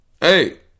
Hey